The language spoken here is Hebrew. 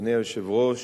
אדוני היושב-ראש,